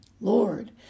Lord